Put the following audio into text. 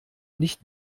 nicht